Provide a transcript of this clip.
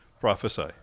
prophesy